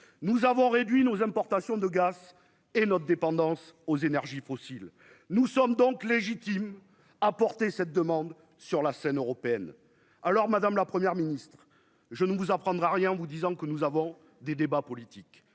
nous avons réduit nos importations de gaz et notre dépendance aux énergies fossiles, nous sommes donc légitime à porter cette demande sur la scène européenne, alors Madame. La première ministre, je ne vous apprendrai rien en vous disant que nous avons des débats politiques